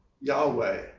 Yahweh